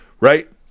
right